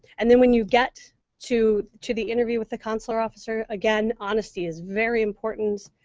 and then when you get to to the interview with the consular officer, again, honesty is very important.